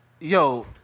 Yo